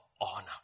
honor